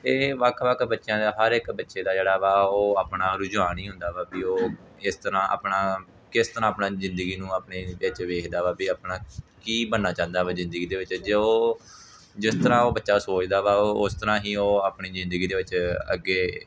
ਇਹ ਵੱਖ ਵੱਖ ਬੱਚਿਆਂ ਦਾ ਹਰ ਇੱਕ ਬੱਚੇ ਦਾ ਜਿਹੜਾ ਵਾ ਉਹ ਆਪਣਾ ਰੁਝਾਨ ਹੀ ਹੁੰਦਾ ਵਾ ਵੀ ਉਹ ਇਸ ਤਰ੍ਹਾਂ ਆਪਣਾ ਕਿਸ ਤਰ੍ਹਾਂ ਆਪਣਾ ਜ਼ਿੰਦਗੀ ਨੂੰ ਆਪਣੇ ਵਿੱਚ ਵੇਖਦਾ ਵਾ ਵੀ ਆਪਣਾ ਕੀ ਬਣਨਾ ਚਾਹੁੰਦਾ ਵਾ ਜ਼ਿੰਦਗੀ ਦੇ ਵਿੱਚ ਜੇ ਉਹ ਜਿਸ ਤਰ੍ਹਾਂ ਉਹ ਬੱਚਾ ਸੋਚਦਾ ਵਾ ਉਹ ਉਸ ਤਰ੍ਹਾਂ ਹੀ ਉਹ ਆਪਣੀ ਜ਼ਿੰਦਗੀ ਦੇ ਵਿੱਚ ਅੱਗੇ